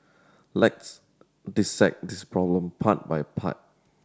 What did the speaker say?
let's dissect this problem part by part